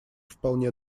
вполне